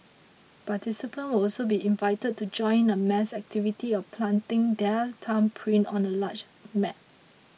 participants will also be invited to join in a mass activity of planting their thumbprint on a large map